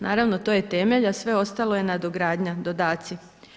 Naravno, to je temelj, a sve ostalo je nadogradnja, dodaci.